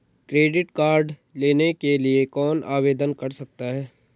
Credit card लेने के लिए कौन आवेदन कर सकता है?